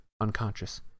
unconscious